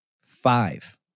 Five